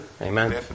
Amen